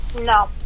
No